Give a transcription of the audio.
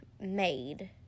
made